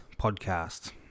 podcast